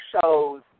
shows